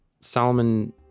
Solomon